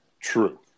True